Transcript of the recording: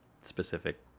specific